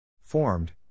Formed